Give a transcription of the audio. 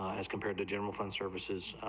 as compared to general fund services,